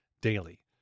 daily